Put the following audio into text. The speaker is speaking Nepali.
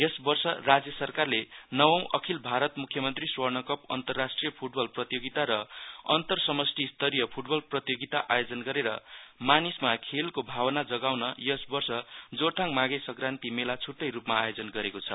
यस वर्ष राज्य सरकारले नवौं अखिल भारत मुख्यमन्त्री स्वर्ण कप अन्तराष्ट्रिय फूटबल प्रतियोगिता र अन्तर समष्टि स्तरीय फूटबल प्रतियोगिता आयोजन गरेर मानिसमा खेलको भावना जगाउन यस वर्ष जोरथाङ माघे संस्कृन्ति मेला छुट्टै रुपमा आयोजन गरेको छ